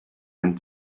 and